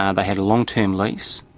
and had a long-term lease.